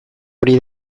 hori